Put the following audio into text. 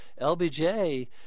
LBJ